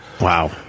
Wow